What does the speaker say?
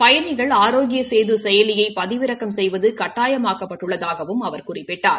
பயனிகள் ஆரோக்கிய சேது செயலியை பதிறக்கம் செய்வது கட்டாயமாக்கப் பட்டுள்ளதாகவும் அவர் குறிப்பிட்டார்